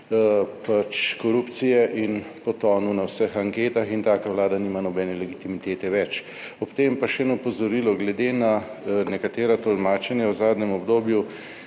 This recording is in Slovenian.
pač korupcije in potonil na vseh anketah. In taka vlada nima nobene legitimitete več. Ob tem pa še eno opozorilo, glede na nekatera tolmačenja v zadnjem obdobju.